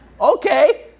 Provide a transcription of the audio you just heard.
Okay